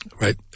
right